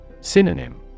Synonym